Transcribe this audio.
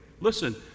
Listen